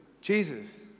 Jesus